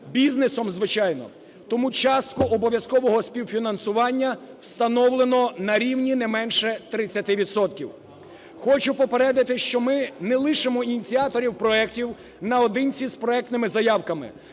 бізнесом, звичайно, тому частку обов'язкового співфінансування встановлено на рівні не менше 30 відсотків. Хочу попередити, що ми не лишимо ініціаторів проектів наодинці з проектними заявками.